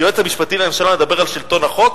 היועץ המשפטי לממשלה מדבר על שלטון החוק?